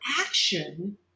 action